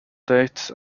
date